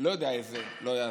לא יודע איזה לא יעזור.